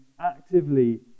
actively